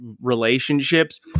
relationships